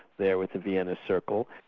there with the vienna circle.